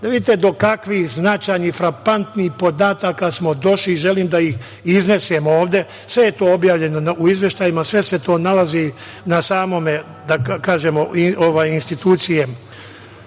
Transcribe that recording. vidite do kakvih značajnih, frapantnih podataka smo došli i ja želim da ih iznesemo ovde, sve je to objavljeno u izveštaju, sve se to nalazi u samoj instituciji.